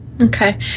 Okay